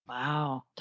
Wow